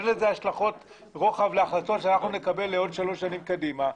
אין לזה השלכות רוחב להחלטות שנקבל עוד שלוש שנים קדימה,